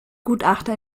gutachter